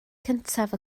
cyntaf